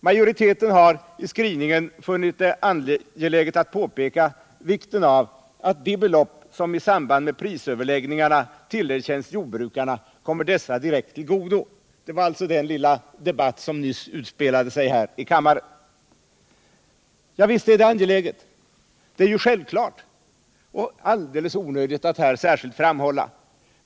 Majoriteten har i skrivningen funnit det angeläget att påpeka vikten av att de belopp som i samband med prisöverläggningarna tillerkänns jordbrukarna kommer dessa direkt till godo. Det här rörde sig den lilla debatt om som nyss utspelade sig i kammaren. Visst är detta angeläget — det är självklart och därför alldeles onödigt att särskilt framhålla.